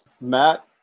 Matt